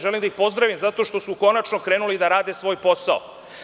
Želim da ih pozdravim, zato što su konačno krenuli da rade svoj posao.